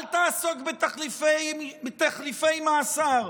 אל תעסוק בתחליפי מאסר,